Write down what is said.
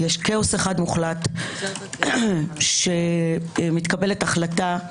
יש כאוס מוחלט שמתקבלת החלטה,